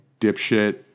dipshit